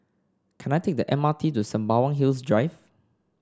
can I take the M R T to Sembawang Hills Drive